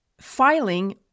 filing